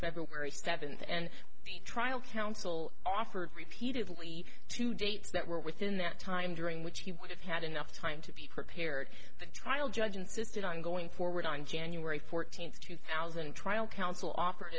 february seventh and the trial counsel offered repeatedly two dates that were within that time during which he would have had enough time to be prepared for the trial judge insisted on going forward on january fourteenth two thousand and trial counsel